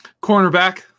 Cornerback